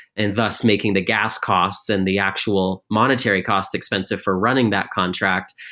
and thus making the gas costs and the actual monetary cost expensive for running that contract.